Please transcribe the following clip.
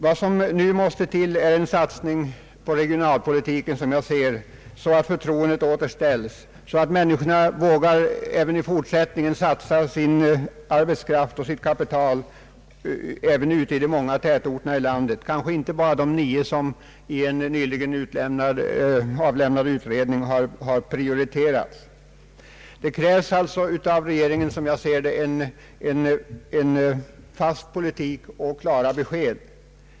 Vad som nu, enligt min mening, måste till är en satsning på regionalpolitiken, så att förtroendet återställs och så att människorna även i fortsättningen vågar satsa sin arbetskraft och sitt kapital även ute i de många tätorterna i landet och inte bara i de nio som i en nyligen avlämnad utredning har prioriterats. Det krävs alltså av regeringen en fast politik och klara besked för att bygga upp detta förtroende.